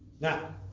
Now